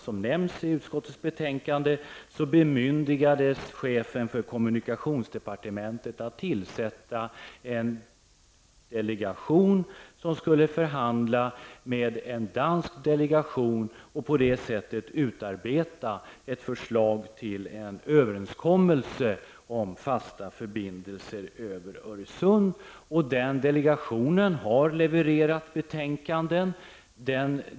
Som omnämns i utskottets betänkande bemyndigade regeringen chefen för kommunikationsdepartementet 1984 att tillsätta en delegation som skulle förhandla med en dansk delegation och på det sättet utarbeta ett förslag till en överenskommelse om fasta förbindelser över Öresund. Denna delegation har levererat betänkanden.